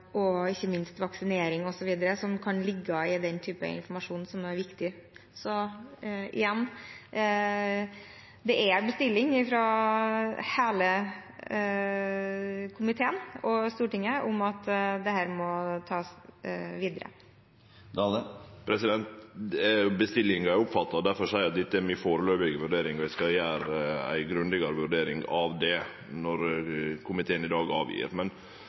og ikke minst om vaksinering osv., som kan ligge i den type informasjon, og som er viktig nå. Igjen: Det er en bestilling fra hele komiteen og Stortinget om at dette må tas videre. Bestillinga er oppfatta. Difor er dette mi førebelse vurdering. Eg skal gjere ei grundigare vurdering av det når Stortinget i dag